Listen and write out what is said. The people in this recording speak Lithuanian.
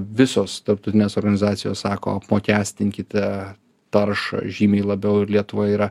visos tarptautinės organizacijos sako apmokestinkite taršą žymiai labiau ir lietuva yra